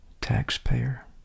taxpayer